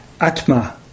atma